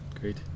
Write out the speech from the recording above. Great